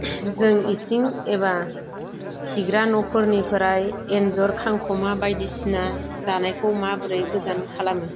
जों इसिं एबा खिग्रा न'फोरनिफोराय एन्जर खांखमा बायदिसिना जानायखौ माब्रै गोजान खालामो